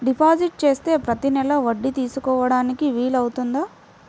Deposit చేస్తే ప్రతి నెల వడ్డీ తీసుకోవడానికి వీలు అవుతుందా?